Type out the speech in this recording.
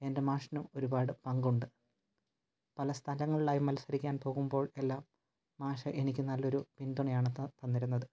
എൻ്റെ മാഷിനും ഒരുപാട് പങ്കുണ്ട് പല സ്ഥലങ്ങളിലായി മത്സരിക്കാൻ പോകുമ്പോൾ എല്ലാം മാഷ് എനിക്ക് നല്ലൊരു പിൻതുണയാണ് തന്നിരുന്നത്